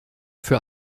für